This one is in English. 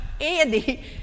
Andy